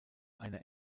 eine